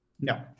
No